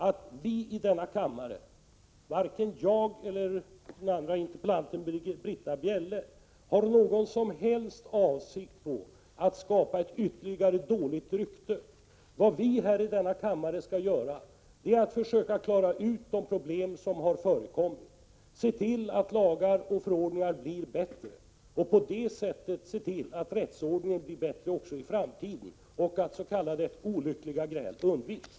Får jag också säga att varken jag eller den andra interpellanten, Britta Bjelle, har någon som helst avsikt att skapa ytterligare dåligt rykte. Vad vi i denna kammare skall göra är att försöka klara ut de problem som har förekommit och att se till att lagar och förordningar blir bättre. På det sättet kan rättsordningen bli bättre i framtiden och s.k. olyckliga gräl undvikas.